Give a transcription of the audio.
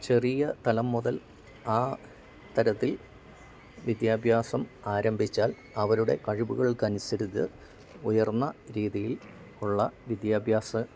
ചെറിയ തലം മുതൽ ആ തരത്തിൽ വിദ്യാഭ്യാസം ആരംഭിച്ചാൽ അവരുടെ കഴിവുകൾക്ക് അനുസരിച്ചത് ഉയർന്ന രീതിയിൽ ഉള്ള വിദ്യാഭ്യാസം